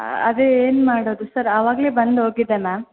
ಅದೇ ಏನು ಮಾಡೊದು ಸರ್ ಆವಾಗಲೆ ಬಂದು ಹೋಗಿದ್ದೆ ಮ್ಯಾಮ್